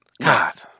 God